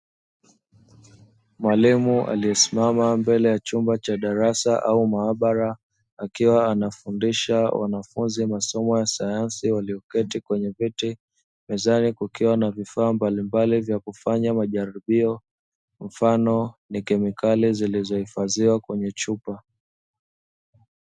Mwalimu aliyesimama mbele ya chumba cha darasa au maabara, akiwa anafundisha wanafunzi masomo ya sayansi walioketi kwenye viti, mezani kukiwa na vifaa mbalimbali vya kufanya majaribio mfano ni kemikali zilizohifadhiwa kwenye chupa.